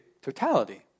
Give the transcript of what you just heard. Totality